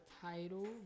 title